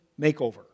makeover